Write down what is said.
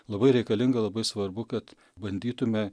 labai reikalinga labai svarbu kad bandytume